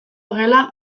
gela